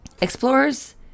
Explorers